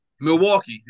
Milwaukee